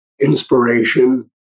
inspiration